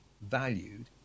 valued